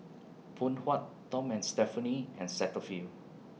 Phoon Huat Tom and Stephanie and Cetaphil